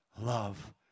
love